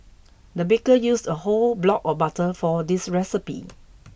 the baker used a whole block of butter for this recipe